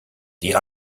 die